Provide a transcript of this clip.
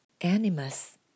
Animus